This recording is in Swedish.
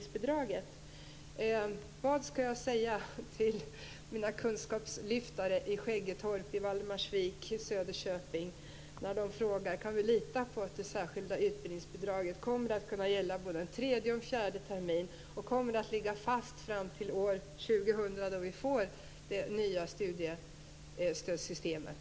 Skäggetorp, Valdemarsvik och Söderköping när de frågar om de kan lita på att det särskilda utbildningsbidraget kommer att gälla både en tredje och en fjärde termin och kommer att ligga fast fram till år 2000, då vi får det nya studiestödssystemet?